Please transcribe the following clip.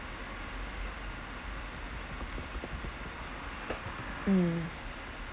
mm